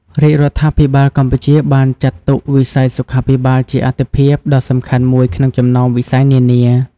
រាជរដ្ឋាភិបាលកម្ពុជាបានចាត់ទុកវិស័យសុខាភិបាលជាអាទិភាពដ៏សំខាន់មួយក្នុងចំណោមវិស័យនានា។